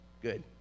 Good